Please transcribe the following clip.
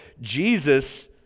Jesus